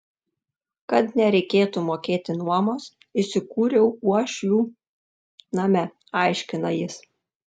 kad nereikėtų mokėti nuomos įsikūriau uošvių name aiškina jis